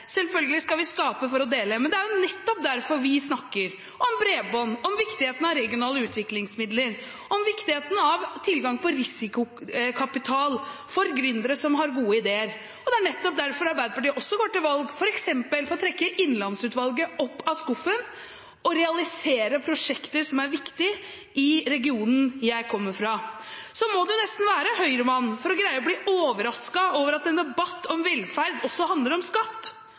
Selvfølgelig skal vi skape for å dele, men det er jo nettopp derfor vi snakker om bredbånd, om viktigheten av regionale utviklingsmidler, om viktigheten av tilgang på risikokapital for gründere som har gode ideer. Og det er nettopp derfor Arbeiderpartiet også går til valg f.eks. på å trekke Innlandsutvalget opp av skuffen og realisere prosjekter som er viktige i regionen jeg kommer fra. Så må man nesten være Høyre-mann for å greie å bli overrasket over at en debatt om velferd også handler om skatt,